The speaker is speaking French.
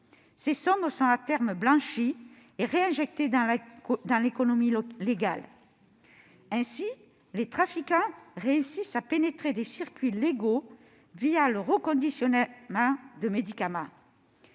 Ces sommes sont à terme blanchies et réinjectées dans l'économie légale. Ainsi, les trafiquants réussissent à pénétrer des circuits légaux le reconditionnement de médicaments.